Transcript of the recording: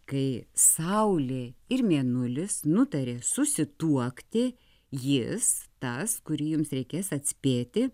kai saulė ir mėnulis nutarė susituokti jis tas kurį jums reikės atspėti